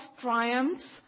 triumphs